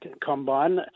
combine